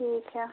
ठीक है